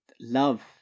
love